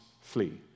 flee